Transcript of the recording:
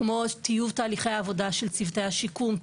כמו טיוב תהליכי העבודה של צוותי השיקום,